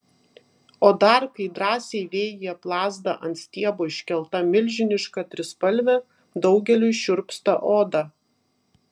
o dar kai drąsiai vėjyje plazda ant stiebo iškelta milžiniška trispalvė daugeliui šiurpsta oda